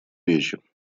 речи